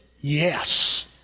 Yes